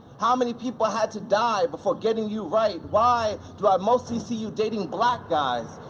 how many people had to die before getting you right? why do i mostly see you dating black guys?